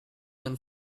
and